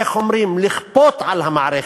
איך אומרים, לכפות על המערכת.